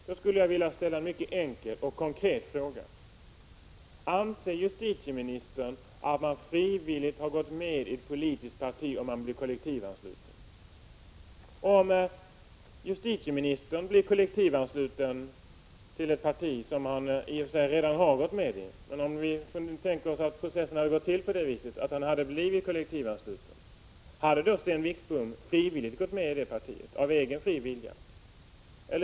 Då skulle jag vilja ställa en mycket enkel och konkret fråga: Anser justitieministern att man frivilligt har gått med i ett politiskt parti, om man har blivit kollektivansluten? Justitieministern har ju i och för sig redan gått med i socialdemokratiska partiet, men om man tänker sig att processen hade gått till på det sättet att han hade blivit kollektivt ansluten, hade då Sten Wickbom gått med i partiet av egen fri vilja?